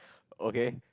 okay